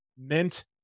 meant